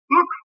Look